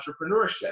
entrepreneurship